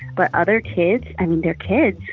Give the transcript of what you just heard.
but other kids, i mean, their kids,